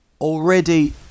already